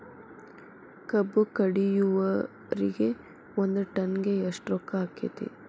ಕಬ್ಬು ಕಡಿಯುವರಿಗೆ ಒಂದ್ ಟನ್ ಗೆ ಎಷ್ಟ್ ರೊಕ್ಕ ಆಕ್ಕೆತಿ?